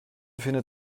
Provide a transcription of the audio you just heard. findet